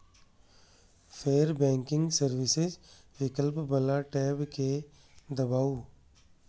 फेर banking services विकल्प बला टैब कें दबाउ